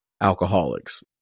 alcoholics